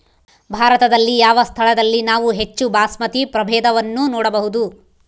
ಭಾರತದಲ್ಲಿ ಯಾವ ಸ್ಥಳದಲ್ಲಿ ನಾವು ಹೆಚ್ಚು ಬಾಸ್ಮತಿ ಪ್ರಭೇದವನ್ನು ನೋಡಬಹುದು?